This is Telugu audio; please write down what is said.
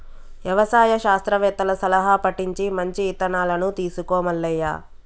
యవసాయ శాస్త్రవేత్తల సలహా పటించి మంచి ఇత్తనాలను తీసుకో మల్లయ్య